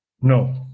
No